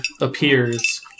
appears